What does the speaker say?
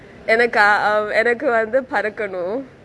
எனக்கா:enakka err எனக்கு வந்து பறக்கனு:enakku vanthu parakanu